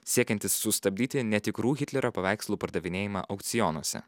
siekiantys sustabdyti netikrų hitlerio paveikslų pardavinėjimą aukcionuose